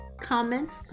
comments